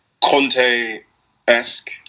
Conte-esque